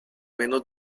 menos